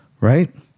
right